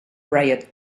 riot